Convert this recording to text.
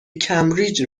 کمبریج